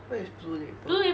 where is blue label